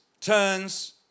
turns